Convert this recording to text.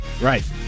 Right